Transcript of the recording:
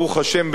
ברוך השם,